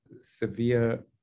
severe